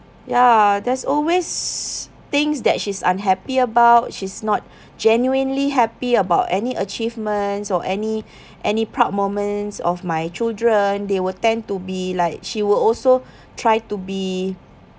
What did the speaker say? ya there's always things that she's unhappy about she's not genuinely happy about any achievements or any any proud moments of my children they will tend to be like she will also try to be